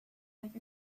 like